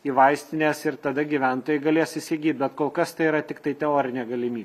į vaistines ir tada gyventojai galės įsigyt bet kol kas tai yra tiktai teorinė galimybė